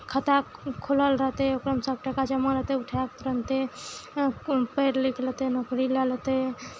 खाता खोलल रहतै ओकरोमे सभ टाका जमा रहतै उठा कऽ तुरन्ते पढ़ि लिखि लेतै नौकरी लए लेतै